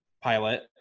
pilot